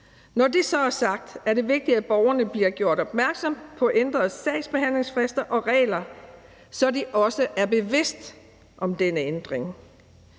Når det så er sagt, er det vigtigt, at borgerne bliver gjort opmærksom på ændrede sagsbehandlingsfrister og regler, så de også er bevidste om denne ændring.